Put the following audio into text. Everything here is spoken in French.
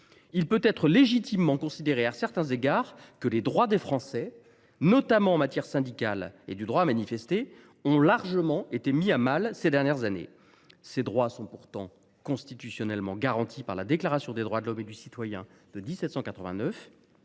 il peut être légitimement considéré, à certains égards, que les droits des Français – notamment en matière syndicale et de droit à manifester – ont été largement mis à mal au cours des dernières années. Ces droits sont pourtant constitutionnellement garantis par la Déclaration des droits de l’homme et du citoyen de 1789,